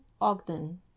Ogden